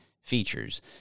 features